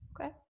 Okay